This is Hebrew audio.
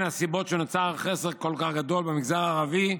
הסיבות לכך שנוצר חסר כל כך גדול במגזר הערבי,